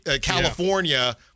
California